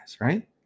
right